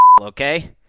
okay